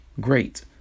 Great